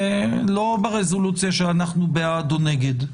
ולא ברזולוציה של אנחנו בעד או נגד.